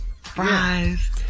Fries